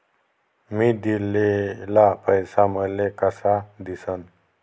मी दिलेला पैसा मले कसा दिसन?